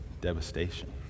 devastation